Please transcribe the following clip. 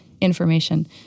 information